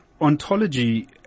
ontology